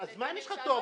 אז מה אם יש לך כתובת?